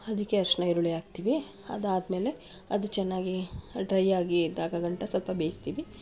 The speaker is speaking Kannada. ಅದಕ್ಕೆ ಅರಶಿನ ಈರುಳ್ಳಿ ಹಾಕ್ತೀವಿ ಅದಾದ ಮೇಲೆ ಅದು ಚೆನ್ನಾಗಿ ಡ್ರೈ ಆಗಿ ಇದಾಗೋಗಂಟ ಸ್ವಲ್ಪ ಬೇಯಿಸ್ತೀವಿ